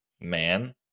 man